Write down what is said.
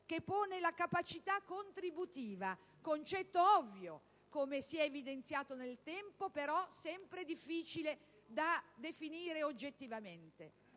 che pone la capacità contributiva: concetto ovvio, come si è evidenziato nel tempo, però sempre difficile da definire oggettivamente.